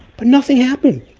but nothing happened!